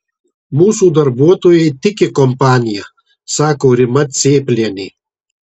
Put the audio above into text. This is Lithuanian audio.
mūsų darbuotojai tiki kompanija sako rima cėplienė